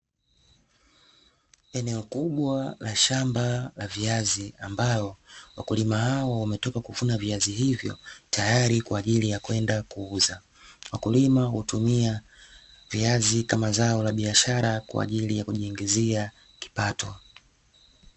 Eneo kubwa la shamba la viazi ambalo wakulima hao wametoka kuvuna viazi hivyo tayari kwa ajili ya kwenda kuuza, wakulima hutumia viazi kama zao la biashara kwa ajili ya kujiingizia kipato.